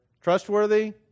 Trustworthy